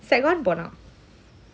sec one பண்ணான்:pannan